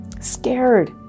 scared